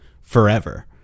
forever